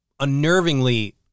unnervingly